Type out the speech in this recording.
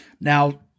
Now